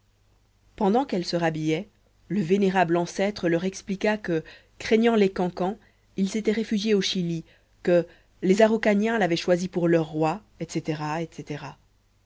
pendant qu'elles se rhabillaient le vénérable ancêtre leur expliqua que craignant les cancans il s'était réfugié au chili que les araucaniens l'avaient choisi pour leur roi etc etc